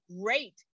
great